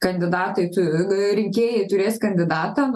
kandidatai tu rinkėjai turės kandidatą